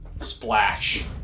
Splash